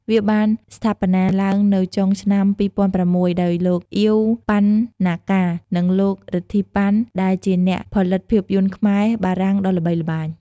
វាបានស្ថាបនាឡើងនៅចុងឆ្នាំ ២០០៦ ដោយលោក អៀវ ប៉ាន់ណាកា និងលោក រិទ្ធី ប៉ាន់ ដែលជាអ្នកផលិតភាពយន្តខ្មែរ-បារាំងដ៏ល្បីល្បាញ។